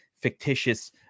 fictitious